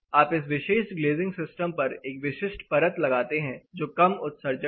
आप इस विशेष ग्लेजिंग सिस्टम पर एक विशिष्ट परत लगाते हैं जो कम उत्सर्जक है